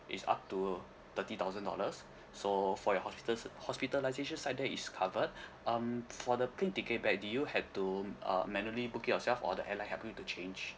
is up to thirty thousand dollars so for your hospitas~ hospitalisation side there is covered um for the plane ticket back did you have to um uh manually book it yourself or the airline help you to change